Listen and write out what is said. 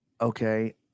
okay